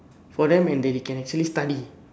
for them and they can actually study